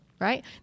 right